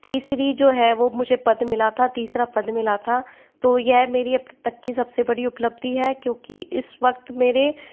तीसरा जो है वो मुझे पद मिला था तीसरा पद मिला था तो यह मेरी अब तक की सब से बड़ी उपलब्धि है क्योंकि उस वक़्त मेरे